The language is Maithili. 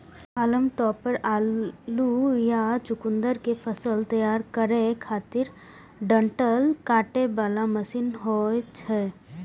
हाल्म टॉपर आलू या चुकुंदर के फसल तैयार करै खातिर डंठल काटे बला मशीन होइ छै